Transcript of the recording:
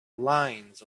lines